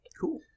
Cool